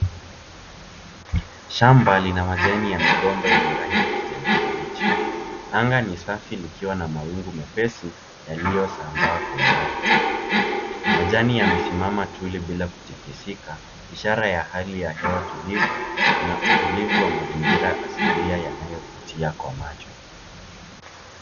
Shamba lina majani ya migomba ya kijani kibichi. Anga ni safi likiwa na mawingu mepesi yaliyosambaa kwa umbali. Majani yamesimama tuli bila kutingizika, ishara ya hali ya hewa tulivu na utulivu wa mazingira asilia yanayovutia kwa macho.